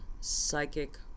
psychic